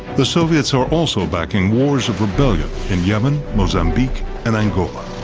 the soviets are also backing wars of rebellion in yemen, mozambique and angola.